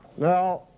Now